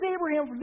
Abraham